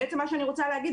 בעצם מה שאני רוצה להגיד,